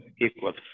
equals